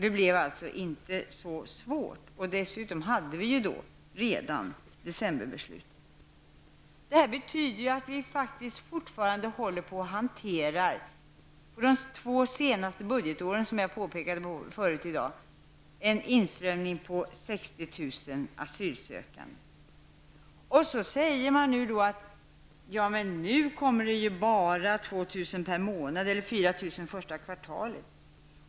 Det blev alltså inte så svårhanterligt, och dessutom hade vi då redan fattat decemberbeslutet. Detta betyder att vi faktiskt fortfarande håller på att hantera en inströmning av 60 000 asylsökande för de två senaste budgetåren, såsom jag påpekade tidigare i dag. Nu säger man att det kommer ''bara'' 2 000 asylsökande per månad eller 4 000 under första kvartalet.